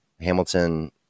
Hamilton